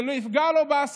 שזה לא יפגע לו בעסקים.